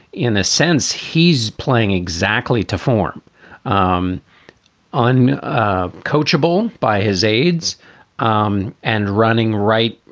in a sense, he's playing exactly to form um on ah coachable by his aides um and running. right.